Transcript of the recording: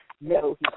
no